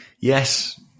Yes